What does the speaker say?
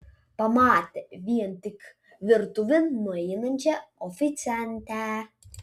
pamatė vien tik virtuvėn nueinančią oficiantę